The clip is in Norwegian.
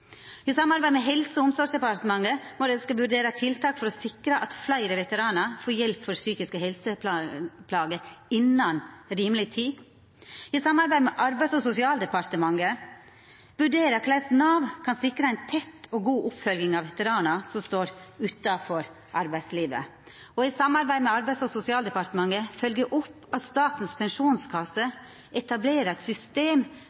i samarbeid med Helse- og omsorgsdepartementet å vurdera tiltak for å sikra at fleire veteranar får hjelp for psykiske helseplager innan rimeleg tid i samarbeid med Arbeids- og sosialdepartementet å vurdera korleis Nav kan sikra ei tett og god oppfølging av veteranar som står utanfor arbeidslivet i samarbeid med Arbeids- og sosialdepartementet å følgja opp at Statens pensjonskasse etablerer eit system